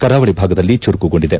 ಕರಾವಳಿ ಭಾಗದಲ್ಲಿ ಚುರುಕುಗೊಂಡಿದೆ